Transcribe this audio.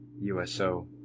USO